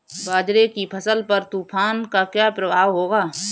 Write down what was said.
बाजरे की फसल पर तूफान का क्या प्रभाव होगा?